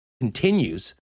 continues